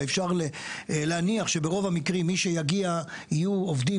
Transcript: ואפשר להניח שברוב המקרים מי שיגיע יהיו עובדים